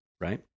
right